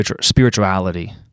spirituality